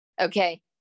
Okay